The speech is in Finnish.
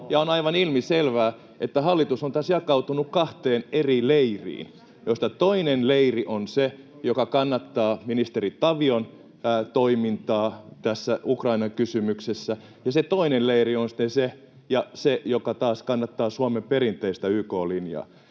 ja on aivan ilmiselvää, että hallitus on tässä jakautunut kahteen eri leiriin, joista toinen leiri on se, joka kannattaa ministeri Tavion toimintaa tässä Ukrainan kysymyksessä, ja se toinen leiri on sitten se, joka taas kannattaa Suomen perinteistä YK-linjaa.